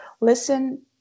listen